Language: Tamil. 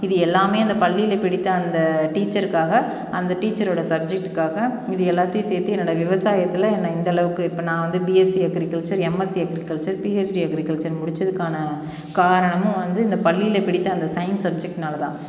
இது எல்லாமே அந்த பள்ளியில் பிடித்த அந்த டீச்சருக்காக அந்த டீச்சரோடய சப்ஜெக்ட்டுக்காக இது எல்லாத்தையும் சேர்த்து என்னோடய விவசாயத்தில் என்னை இந்தளவுக்கு இப்போ நான் வந்து BSc agriculture MSc agriculture PhD agriculture முடித்ததுக்கான காரணமும் வந்து இந்த பள்ளியில் பிடித்த அந்த சயின்ஸ் சப்ஜெக்ட்னால் தான்